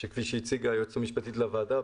שכפי שהציגה היועצת המשפטית לוועדה,